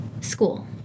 school